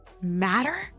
matter